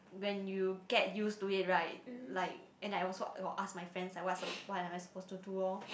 when you get use to it right like and I also will ask my friends like what is the what am I suppose to do lor